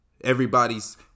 everybody's